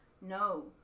No